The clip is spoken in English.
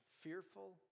fearful